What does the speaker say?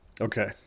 Okay